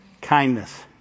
Kindness